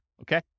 okay